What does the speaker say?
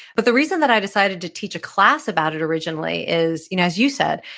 but the reason that i decided to teach a class about it originally is you know as you said,